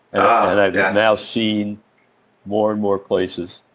and i've now seen more and more places.